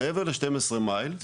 מעבר ל-12 מייל,